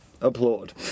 applaud